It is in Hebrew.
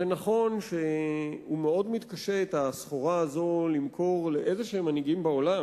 ונכון שהוא מאוד מתקשה את הסחורה הזו למכור לאיזשהם מנהיגים בעולם,